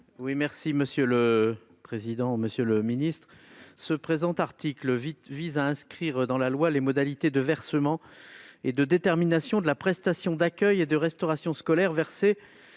: La parole est à M. le rapporteur. Le présent article vise à inscrire dans la loi les modalités de versement et de détermination de la prestation d'accueil et de restauration scolaire versée